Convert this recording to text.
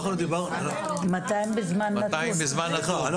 200 בזמן נתון.